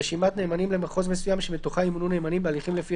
רשימת נאמנים למחוז מסוים שמתוכה ימונו נאמנים בהליכים לפי